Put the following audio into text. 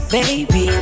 baby